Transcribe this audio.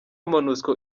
monusco